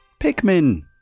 Pikmin